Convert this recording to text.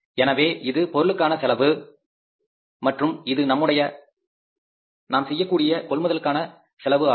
எனவே இது பொருட்களுக்கான செலவு மற்றும் இது நாம் செய்யக்கூடிய கொள்முதலுக்கான செலவு ஆகும்